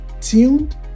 tuned